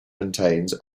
maintains